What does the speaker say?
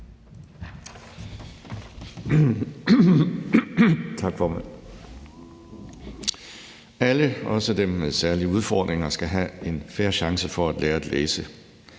Tak, formand. Alle, også dem med særlige udfordringer, skal have en fair chance for at lære at læse.